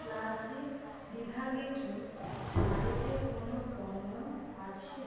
classic বিভাগে কি ছাড়েতে কোনও পণ্য আছে